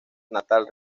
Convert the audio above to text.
natal